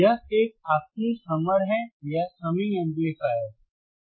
यह एक आपकी समर है या समिंग एम्पलीफायर सही है